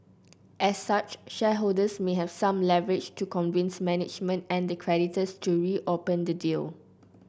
as such shareholders may have some leverage to convince management and the creditors to reopen the deal